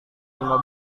lima